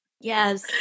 yes